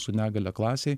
su negalia klasėj